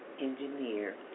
engineer